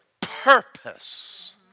purpose